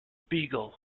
beagle